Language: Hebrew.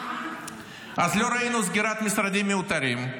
אז לא ראינו סגירת משרדים מיותרים,